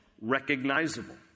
recognizable